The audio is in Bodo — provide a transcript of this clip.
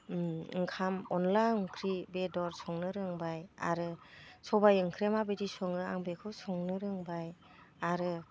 ओंखाम अनद्ला ओंख्रि बेदर संनो रोंबाय आरो सबाइ ओंख्रिया माबायदि सङो आं बेखौ संनो रोंबाय आरो